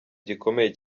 gikomeye